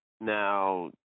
now